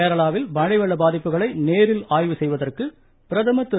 கேரளாவில் மழை வெள்ள பாதிப்புகளை நேரில் ஆய்வு செய்வதற்கு பிரதமர் திரு